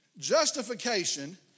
Justification